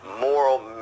moral